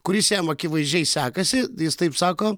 kuris jam akivaizdžiai sekasi jis taip sako